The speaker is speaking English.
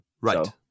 Right